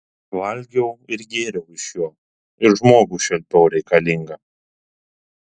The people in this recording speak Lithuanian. valgiau ir gėriau iš jo ir žmogų šelpiau reikalingą